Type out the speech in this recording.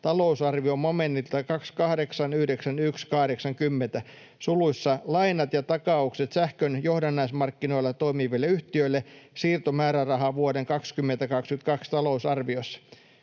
talousarvion momentilta 28.91.80 (Lainat ja takaukset sähkön johdannaismarkkinoilla toimiville yhtiöille, siirtomääräraha vuoden 2022 talousarviossa).”